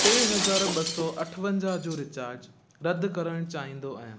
टे हज़ार ॿ सौ अठवंजाह जो रिचार्ज रद्द करण चाहिंदो आहियां